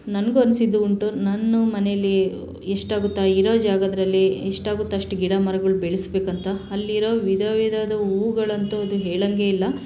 ನನಗೂ ಅನ್ನಿಸಿದ್ದು ಉಂಟು ನನ್ನ ಮನೇಲಿ ಎಷ್ಟಾಗುತ್ತೋ ಆ ಇರೋ ಜಾಗದಲ್ಲಿ ಎಷ್ಟಾಗುತ್ತೆ ಅಷ್ಟು ಗಿಡ ಮರಗಳು ಬೆಳೆಸ್ಬೇಕಂತ ಅಲ್ಲಿರೋ ವಿಧ ವಿಧದ್ದು ಹೂಗಳಂತೂ ಅದು ಹೇಳೋಂಗೇ ಇಲ್ಲ